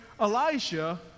Elijah